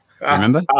Remember